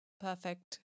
Perfect